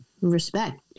Respect